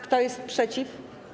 Kto jest przeciw?